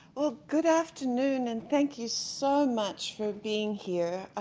well, good afternoon, and thank you so much for being here.